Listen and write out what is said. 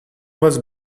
was